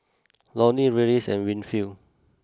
Lorne Reyes and Winfield